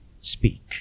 speak